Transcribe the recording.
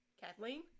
Kathleen